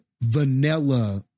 vanilla